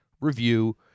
review